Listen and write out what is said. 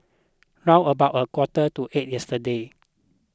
round about a quarter to eight yesterday